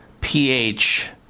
pH